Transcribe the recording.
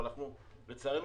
אבל לצערנו,